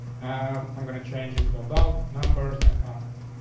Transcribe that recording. um, i'm going to change it to about numbers and contact.